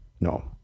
No